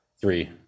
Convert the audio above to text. Three